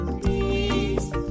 peace